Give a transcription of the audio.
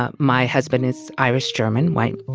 ah my husband is irish, german, white.